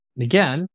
Again